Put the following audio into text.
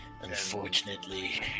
Unfortunately